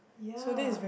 ya